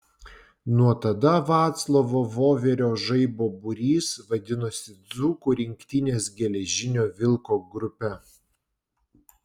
nuo tada vaclovo voverio žaibo būrys vadinosi dzūkų rinktinės geležinio vilko grupe